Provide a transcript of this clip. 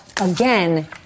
again